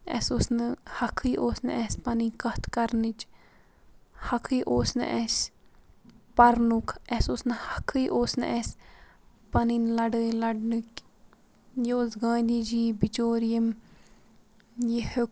اَسہِ اوس نہٕ حقٕے اوس نہٕ اَسہِ پَنٕنۍ کَتھ کَرنٕچ حقٕے اوس نہٕ اَسہِ پرنُک اَسہِ اوس نہٕ حَقٕے اوس نہٕ اَسہِ پَنٕںۍ لَڑٲے لَڑنٕکۍ یہِ اوس گاندھی جی یی بِچور ییٚمۍ یہِ ہیوٚک